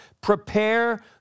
Prepare